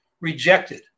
rejected